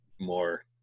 more